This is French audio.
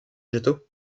végétaux